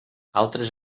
altres